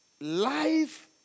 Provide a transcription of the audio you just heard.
life